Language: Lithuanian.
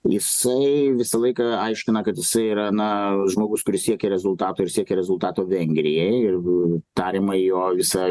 jisai visą laiką aiškina kad jisai yra na žmogus kuris siekia rezultatų ir siekia rezultato vengrijai ir tariama jo visa